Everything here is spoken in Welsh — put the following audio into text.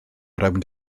rownd